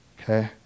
okay